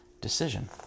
decision